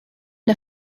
der